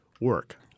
work